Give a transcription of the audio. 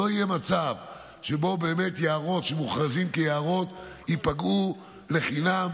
שלא יהיה מצב שבו באמת יערות שמוכרזים כיערות ייפגעו לחינם,